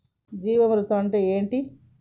జీవామృతం అంటే ఏంటి?